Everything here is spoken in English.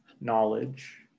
knowledge